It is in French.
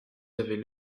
avaient